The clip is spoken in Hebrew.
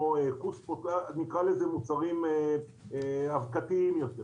נקרא לזה מוצרים אבקתיים יותר.